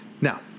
Now